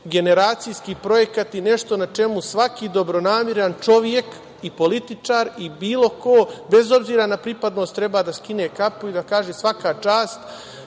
generacijski projekat i nešto na čemu svaki dobronameran čovek i političar i bilo ko, bez obzira na pripadnost, treba da skine kapu i da kaže svaka čast,